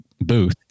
booth